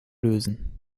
lösen